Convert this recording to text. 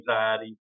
anxiety